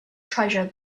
treasure